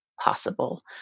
possible